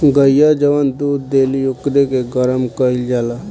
गइया जवन दूध देली ओकरे के गरम कईल जाला